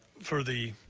for the